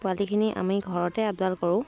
পোৱালিখিনি আমি ঘৰতে আপডাল কৰোঁ